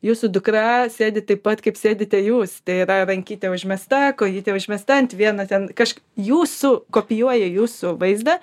jūsų dukra sėdi taip pat kaip sėdite jūs tai yra rankyte užmesta kojyte užmesta ant vieną ten kaž jūsų kopijuoja jūsų vaizdą